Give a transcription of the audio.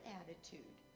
attitude